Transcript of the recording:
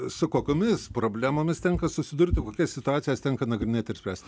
su kokiomis problemomis tenka susidurti kokias situacijas tenka nagrinėti ir spręsti